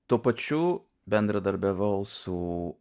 tuo pačiu bendradarbiavau su